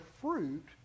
fruit